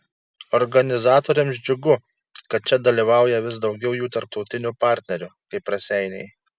organizatoriams džiugu kad čia dalyvauja vis daugiau jų tarptautinių partnerių kaip raseiniai